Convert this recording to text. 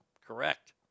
Correct